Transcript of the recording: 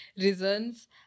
reasons